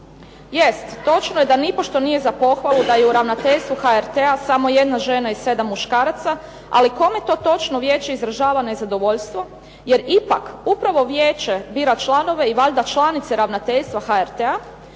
Jest, točno je da nipošto nije za pohvalu da je u ravnateljstvu HRT-a samo 1 žena i 7 muškaraca, ali kome to točno Vijeće izražava nezadovoljstvo jer ipak upravo Vijeće bira članove i valjda članice ravnateljstva HRT-a